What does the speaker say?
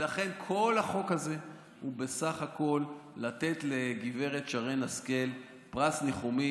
ולכן כל החוק הזה הוא בסך הכול לתת לגב' שרן השכל פרס ניחומים.